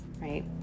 right